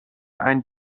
ein